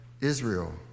Israel